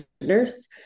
nurse